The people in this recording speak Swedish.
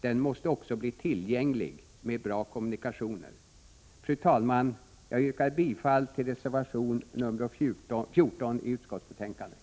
Den måste också bli tillgänglig med bra kommunikationer. Fru talman! Jag yrkar bifall till reservation 14 i utskottsbetänkandet.